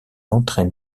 entraine